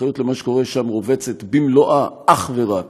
האחריות למה שקורה שם רובצת במלואה אך ורק